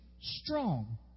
strong